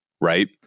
right